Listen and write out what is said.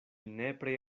nepre